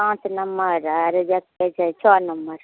पाँच नम्मर आर जे की कहै छै छओ नम्मर